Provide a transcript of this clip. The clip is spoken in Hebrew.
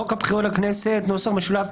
11. בחוק הבחירות לכנסת [נוסח משולב],